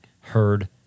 heard